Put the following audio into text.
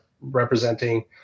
representing